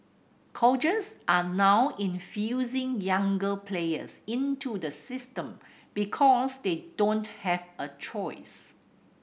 coaches are now infusing younger players into the system because they don't have a choice